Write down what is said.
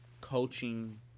coaching